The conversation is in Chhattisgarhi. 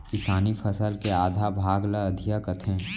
किसानी फसल के आधा भाग ल अधिया कथें